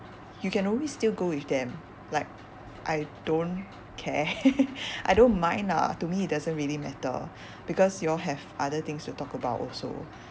you can always still go with them like I don't care I don't mind lah to me it doesn't really matter because you all have other things to talk about also